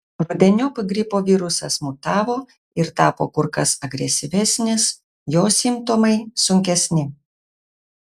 rudeniop gripo virusas mutavo ir tapo kur kas agresyvesnis jo simptomai sunkesni